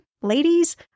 ladies